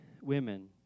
women